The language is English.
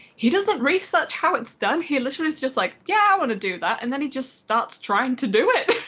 he doesn't research how it's done, he literally is just like yeah, i want to do that, and then he just starts trying to do it!